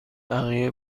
بقیه